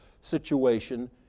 situation